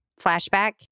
flashback